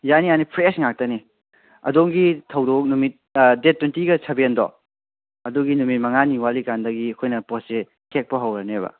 ꯌꯥꯅꯤ ꯌꯥꯅꯤ ꯐ꯭ꯔꯦꯁ ꯉꯥꯛꯇꯅꯤ ꯑꯗꯣꯝꯒꯤ ꯊꯧꯗꯣꯛ ꯅꯨꯃꯤꯠ ꯗꯦꯠ ꯇ꯭ꯋꯦꯟꯇꯤꯒ ꯁꯕꯦꯟꯗꯣ ꯑꯗꯨꯒꯤ ꯅꯨꯃꯤꯠ ꯃꯉꯥꯅꯤ ꯋꯥꯠꯂꯤꯀꯥꯟꯗꯒꯤ ꯑꯩꯈꯣꯏꯅ ꯄꯣꯠꯁꯦ ꯍꯦꯛꯄ ꯍꯧꯔꯅꯦꯕ